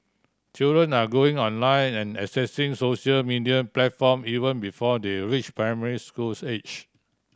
children are going online and accessing social media platform even before they reach primary schools age